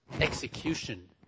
Execution